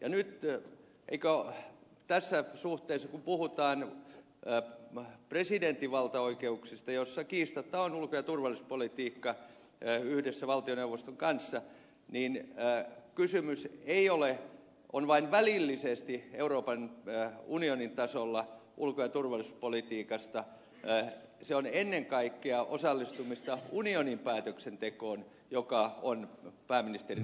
ja nyt tässä suhteessa kun puhutaan presidentin valtaoikeuksista joissa kiistatta on ulko ja turvallisuuspolitiikka yhdessä valtioneuvoston kanssa niin kysymys on vain välillisesti euroopan unionin tasolla ulko ja turvallisuuspolitiikasta se on ennen kaikkea osallistumista unionin päätöksentekoon joka on pääministerin asia